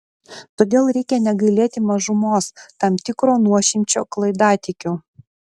todėl reikia negailėti mažumos tam tikro nuošimčio klaidatikių